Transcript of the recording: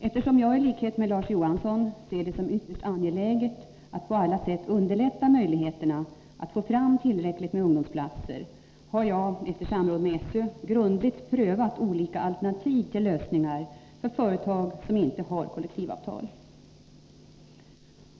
Eftersom jag i likhet med Larz Johansson ser det som ytterst angeläget att på alla sätt underlätta möjligheterna att få fram tillräckligt med ungdomsplatser, har jag efter samråd med SÖ grundligt prövat olika alternativ till lösningar för företag som inte har kollektivavtal.